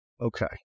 Okay